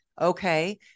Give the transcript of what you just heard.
okay